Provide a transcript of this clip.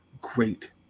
great